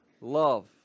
love